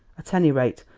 at any rate,